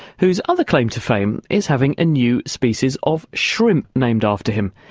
whose other claim to fame is having a new species of shrimp named after him.